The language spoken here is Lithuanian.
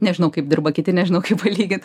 nežinau kaip dirba kiti nežinau kaip palygit